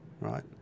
right